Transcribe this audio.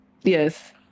Yes